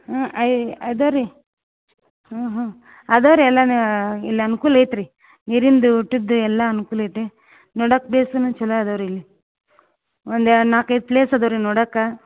ಹ್ಞೂ ಅಯ್ ಅದೆ ರೀ ಹ್ಞೂ ಹ್ಞೂ ಅದವು ರೀ ಎಲ್ಲನು ಇಲ್ಲಿ ಅನ್ಕುಲ ಐತೆ ರೀ ನೀರಿಂದು ಊಟದ್ದು ಎಲ್ಲ ಅನ್ಕುಲ ಇದೆ ನೋಡಾಕೆ ಪ್ಲೇಸನು ಛಲೋ ಅದಾವೆ ರೀ ಇಲ್ಲಿ ಒಂದೆರಡು ನಾಲ್ಕು ಐದು ಪ್ಲೇಸ್ ಅದಾವೆ ರೀ ನೋಡಾಕೆ